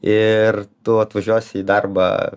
ir tu atvažiuosi į darbą